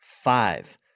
Five